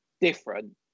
different